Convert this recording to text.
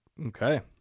Okay